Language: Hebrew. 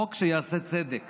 חוק שיעשה צדק